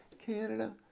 Canada